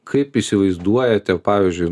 kaip įsivaizduojate pavyzdžiui